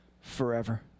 forever